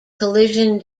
collision